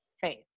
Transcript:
faith